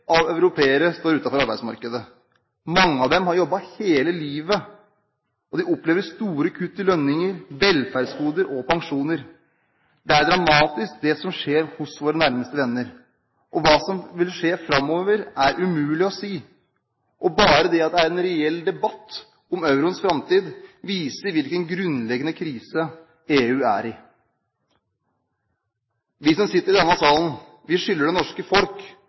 av europeere står utenfor arbeidsmarkedet. Mange av dem har jobbet hele livet. De opplever store kutt i lønninger, velferdsgoder og pensjoner. Det er dramatisk det som skjer hos våre nærmeste venner. Hva som vil skje framover, er umulig å si. Bare det at det er en reell debatt om euroens framtid, viser hvilken grunnleggende krise EU er i. Vi som sitter i denne salen, skylder det norske folk